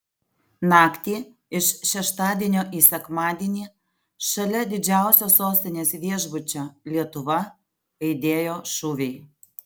naktį iš šeštadienio į sekmadienį šalia didžiausio sostinės viešbučio lietuva aidėjo šūviai